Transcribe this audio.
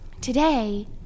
Today